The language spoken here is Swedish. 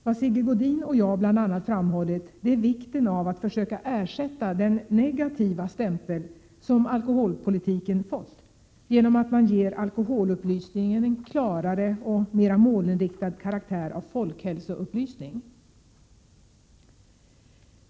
Vad Sigge Godin och jag bl.a. framhållit är vikten av att försöka ersätta den negativa stämpel som alkoholpolitiken fått genom att man ger alkoholupplysningen en klarare och mera målinriktad karaktär av folkhälsoupplysning.